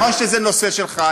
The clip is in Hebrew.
נכון שזה נושא שלך,